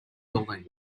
building